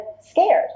scared